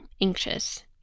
anxious